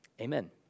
amen